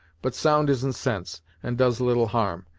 but sound isn't sense, and does little harm.